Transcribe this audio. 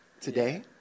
today